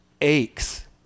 aches